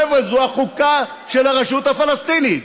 חבר'ה, זו החוקה של הרשות הפלסטינית.